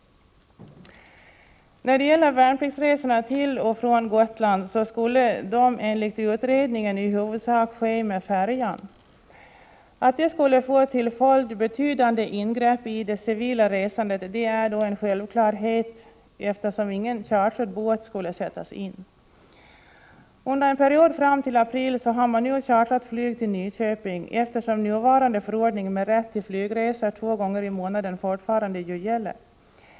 Värnpliktsresorna till och från Gotland skulle enligt utredningen i huvudsak ske med färja. Att detta skulle få till följd betydande ingrepp i det civila resandet är en självklarhet, eftersom någon chartrad båt inte skulle sättas in. Under en period fram till april har man chartrat flyg till Nyköping, eftersom nuvarande förordning med rätt till flygresor två gånger i månaden fortfarande gäller.